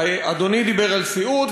אדוני דיבר על סיעוד,